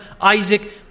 Isaac